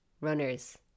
runners